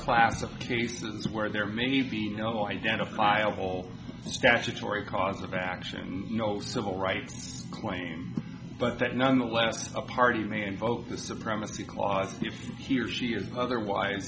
class of cases where there may be no identifiable statutory cause of action no civil rights claim but that nonetheless a party man both the supremacy clause if he or she is otherwise